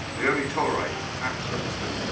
they only tolerate absolutely clean